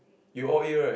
you all A right